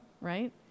right